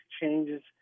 changes